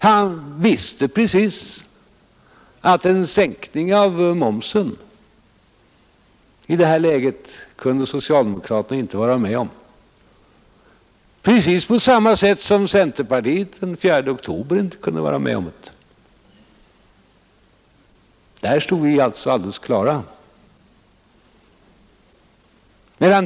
Han visste att en sänkning av momsen i det här läget kunde socialdemokraterna inte vara med om, precis på samma sätt som centerpartiet den 4 oktober inte kunde vara med om det. Där stod vi alltså alldeles klara.